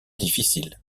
difficile